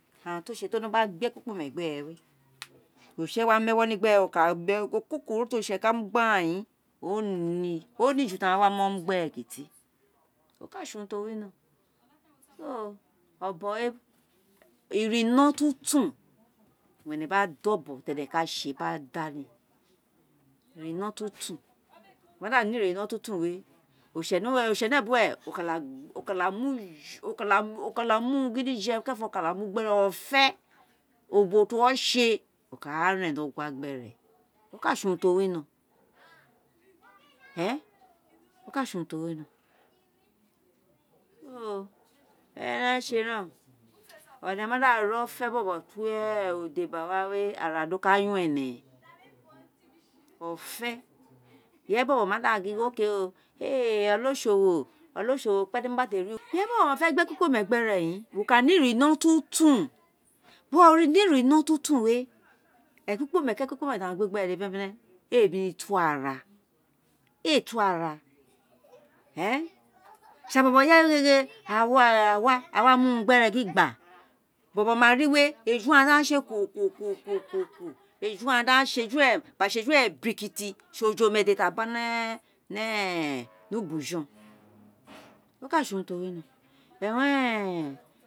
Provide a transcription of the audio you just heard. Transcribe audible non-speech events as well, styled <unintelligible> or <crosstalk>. Aghanti o sé ti o wino gba gbé ekpikpomẹ gbẹrẹ wé <noise> oritse wa mu ewọ ni gbẹrẹ wo ka bé ẹkokoro ti oritsẹ ka mu gbẹ aghaw <hesitation> di o ni, o ni ju ti a wa mo mu gbẹrẹ kuti, o kasé urun ti o winoron <noise> so obọn wé ira inọ tuntun owun ẹnẹ gba da ọbọn ti ẹnẹ ka ṣé gba da ni, ira inọ ti otun wé, oritṣẹ no uwe, oritse nebuwe oka da <hesitation> o ka da mu urun gidije kẹrẹnfo, o ka da mu gbẹre ofẹ ubo ti uwo ṣé o ká à ren ni ọgua gbẹrẹ, ol kasé urun ti o wini <hesitation> <noise> o káà sé urun ti o wino so, eyi ewe sé ren o, ẹnẹ ma da ruofẹ bọbọ to <hesitation> odé gba wa wé ara dio ka yon ẹnẹ <noise> ọfẹ ireye bọbọ ma da gin <unintelligible> <hesitation> olosowó <noise> okpẹ ti mo gba té rie ireyé bọbọ ma fẹ mu. ekpikpomẹ gbere in wo ka nẹ ino tuntun bi wó ri ino tuntun wé, ekpikpomẹ ki ekpikpome ti aghan gbé gbẹrẹ dede ferefere éè némi to uwo ara éè to wuo ara <noise> ira bobo ireye dede <noise> aghan wi ara, a heamu urun gbere gin gba, bobo marilwé éju ghan wa ka sé <unintelligible> <noise> eju ghan, di ẹnẹ sé eju <unintelligible> sisi ojome dé ti aba ni <hesitation> ni uba ujon <noise> o ka sé urun ti o wino